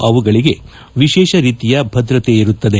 ಆವುಗಳಿಗೆ ವಿಶೇಷ ರೀತಿಯ ಭದ್ರತೆ ಇರುತ್ತದೆ